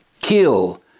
kill